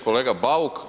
Kolega Bauk.